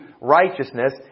righteousness